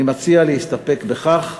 אני מציע להסתפק בכך,